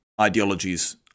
ideologies